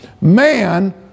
man